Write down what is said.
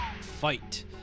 Fight